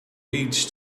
leads